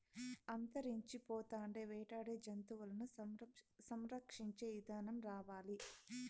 అంతరించిపోతాండే వేటాడే జంతువులను సంరక్షించే ఇదానం రావాలి